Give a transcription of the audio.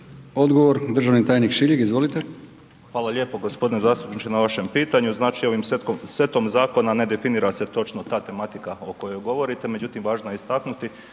Odgovor državni tajnik Šiljeg. Izvolite. **Šiljeg, Mario (HDZ)** Hvala lijepo gospodine zastupniče na vašem pitanju. Znači ovim setom zakona ne definira se točno ta tematika o kojoj govorite, međutim važno je istaknuti